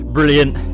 Brilliant